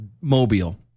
Mobile